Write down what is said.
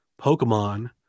Pokemon